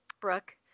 Brooke